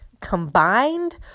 combined